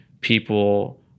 people